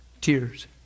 Tears